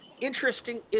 interesting